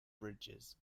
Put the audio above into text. bridges